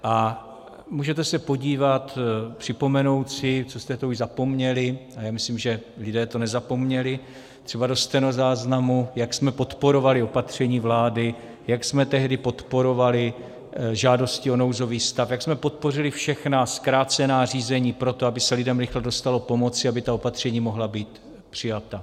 A můžete se podívat, připomenout si, co jste to už zapomněli, a já myslím, že lidé to nezapomněli, třeba do stenozáznamu, jak jsme podporovali opatření vlády, jak jsme tehdy podporovali žádosti o nouzový stav, jak jsme podpořili všechna zkrácená řízení pro to, aby se lidem rychle dostalo pomoci, aby ta opatření mohla být přijata.